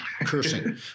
cursing